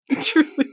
Truly